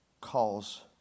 calls